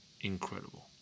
incredible